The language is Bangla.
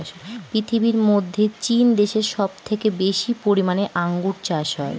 পৃথিবীর মধ্যে চীন দেশে সব থেকে বেশি পরিমানে আঙ্গুর চাষ হয়